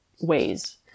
ways